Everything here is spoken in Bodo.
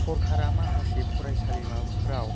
सरखारा माखासे फरायसालिमाफ्राव